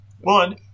One